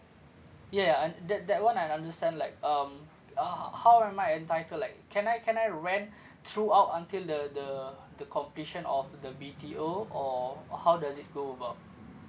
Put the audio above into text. yeah and that that one I understand like um ah how am I entitled like can I can I rent throughout until the the the completion of the B_T_O or how does it go about